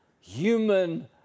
human